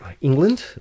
England